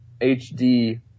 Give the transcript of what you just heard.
hd